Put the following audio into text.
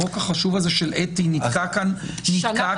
החוק החשוב הזה של אתי נתקע כאן -- שנה וחצי.